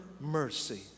mercy